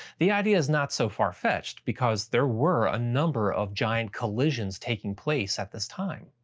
the idea is not so far-fetched because there were a number of giant collisions taking place at this time.